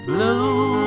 Blue